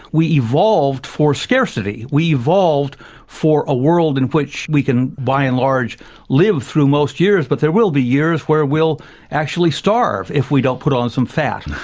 we evolved for scarcity, we evolved for a world in which we can by and large live through most years, but there will be years where we'll actually starve if we don't put on some fat.